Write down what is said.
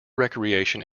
recreation